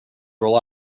roll